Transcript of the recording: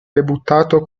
debuttato